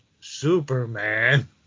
Superman